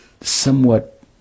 somewhat